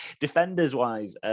Defenders-wise